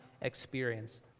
experience